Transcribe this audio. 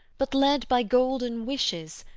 but led by golden wishes,